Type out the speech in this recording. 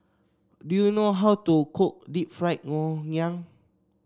do you know how to cook Deep Fried Ngoh Hiang